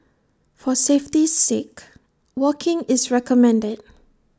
for safety's sake walking is recommended